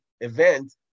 event